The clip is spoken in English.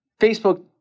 Facebook